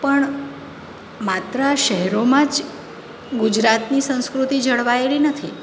પણ માત્ર આ શહેરોમાં જ ગુજરાતની સંસ્કૃતિ જળવાયેલી નથી